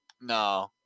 No